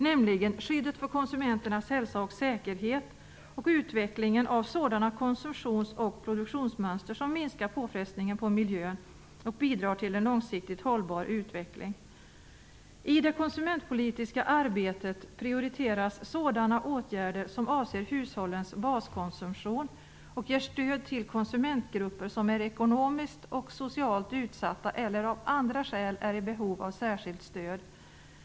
Dessa är dels skyddet för konsumenternas hälsa och säkerhet, dels utvecklingen av sådana konsumtions och produktionsmönster som minskar påfrestningen på miljön och bidrar till en långsiktigt hållbar utveckling. I det konsumentpolitiska arbetet prioriteras sådana åtgärder som avser hushållens baskonsumtion och ger stöd till konsumentgrupper som är ekonomiskt och socialt utsatta eller av andra skäl är i behov av särskilt stöd.